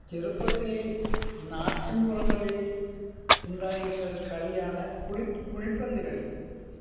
ചെറുപ്പത്തില് നാട്ടിന്പുറങ്ങളില് ഉണ്ടായിരുന്ന ഒരു കളിയാണ് കുളി കുഴിപ്പന്ത് കളി